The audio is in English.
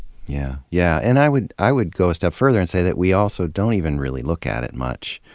yeah yeah. and i would i would go a step further and say that we also don't even really look at it much.